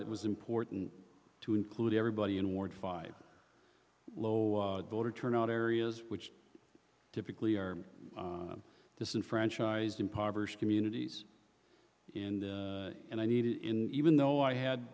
it was important to include everybody in ward five low voter turnout areas which typically are disenfranchised impoverished communities in the and i needed in even though i had